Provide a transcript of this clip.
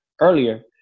earlier